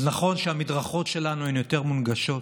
אז נכון שהמדרכות שלנו יותר מונגשות,